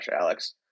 Alex